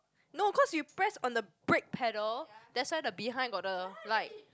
no cause you press on the brake pedal that's why the behind got the light